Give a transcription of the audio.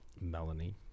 Melanie